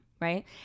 right